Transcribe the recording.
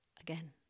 Again